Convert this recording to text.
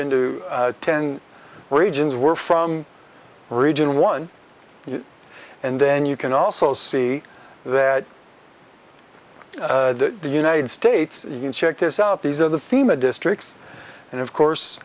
into ten regions were from region one and then you can also see that the united states you can check this out these are the fema districts and of course